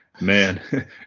Man